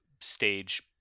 stage